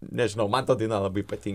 nežinau man ta daina labai patin